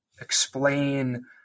explain